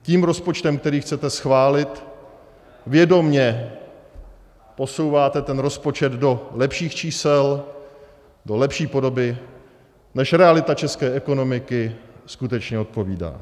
Tím rozpočtem, který chcete schválit, vědomě posouváte ten rozpočet do lepších čísel, do lepší podoby, než realita české ekonomiky skutečně odpovídá.